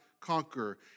conquer